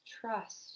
trust